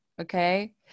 Okay